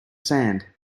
sand